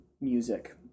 music